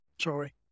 Sorry